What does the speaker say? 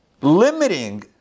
limiting